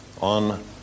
on